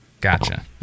Gotcha